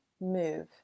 move